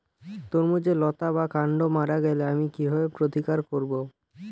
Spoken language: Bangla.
তরমুজের লতা বা কান্ড মারা গেলে আমি কীভাবে প্রতিকার করব?